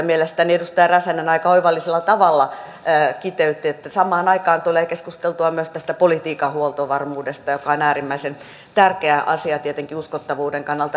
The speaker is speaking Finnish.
mielestäni edustaja räsänen aika oivallisella tavalla kiteytti että samaan aikaan tulee keskusteltua myös politiikan huoltovarmuudesta joka on äärimmäisen tärkeä asia tietenkin uskottavuuden kannalta